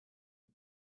had